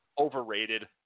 Overrated